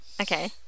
Okay